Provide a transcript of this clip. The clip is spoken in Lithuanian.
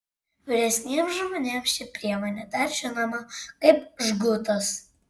vyresniems žmonėms ši priemonė dar žinoma kaip žgutas